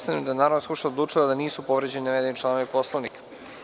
Konstatujem da je Narodna skupština odlučila da nisu povređeni navedeni članovi Poslovnika.